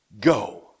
go